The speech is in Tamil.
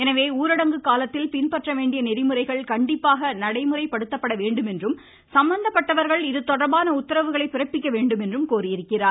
எனவே ஊரடங்கு காலத்தில் பின்பற்ற வேண்டிய நெறிமுறைகள் கண்டிப்பாக நடைமுறைப்படுத்தப்பட வேண்டும் என்றும் சம்மந்தப்பட்டவர்கள் இதுதொடர்பான உத்தரவுகளை பிறப்பிக்க வேண்டும் என்றும் கோரியிருக்கிறார்